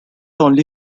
only